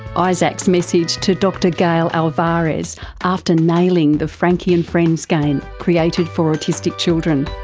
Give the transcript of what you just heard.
isaac's message to dr gail alvares after nailing the frankie and friends game created for autistic children.